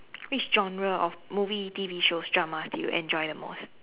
which genre of movie T_V shows dramas do you enjoy the most